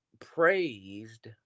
praised